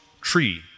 tree